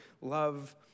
love